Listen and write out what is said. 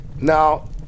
now